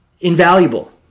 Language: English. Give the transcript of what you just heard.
Invaluable